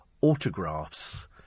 autographs